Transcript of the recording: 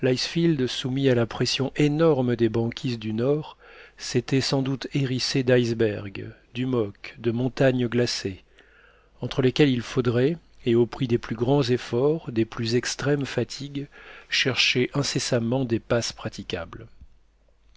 soumis à la pression énorme des banquises du nord s'était sans doute hérissé d'icebergs d'hummocks de montagnes glacées entre lesquelles il faudrait et au prix des plus grands efforts des plus extrêmes fatigues chercher incessamment des passes praticables